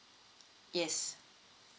yes